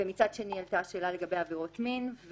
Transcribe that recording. ומצד שני עלתה השאלה לגבי עבירות מין.